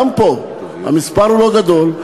גם פה המספר הוא לא גדול,